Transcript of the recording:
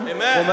Amen